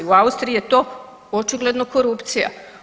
U Austriji je to očigledno korupcija.